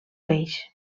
peix